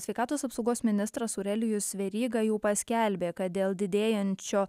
sveikatos apsaugos ministras aurelijus veryga jau paskelbė kad dėl didėjančio